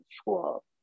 school